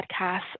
podcast